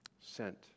Sent